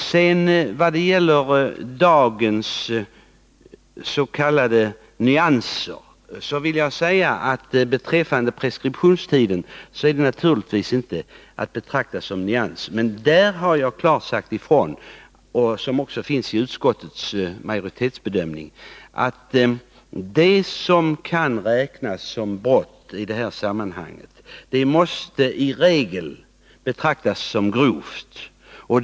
Så till detta med s.k. nyanser. Preskriptionstiden är naturligtvis inte att betrakta som en nyans. Jag har klart sagt ifrån, och det framgår också av vad utskottsmajoriteten säger, att det som kan räknas som brott i sammanhanget i regel måste betraktas som grovt brott.